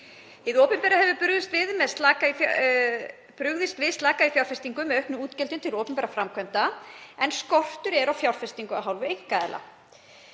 Hið opinbera hefur brugðist við slaka í fjárfestingum með auknum útgjöldum til opinberra framkvæmda en skortur er á fjárfestingu af hálfu einkaaðila.